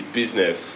business